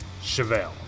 Chevelle